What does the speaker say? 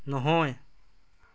নহয়